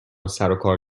سروکار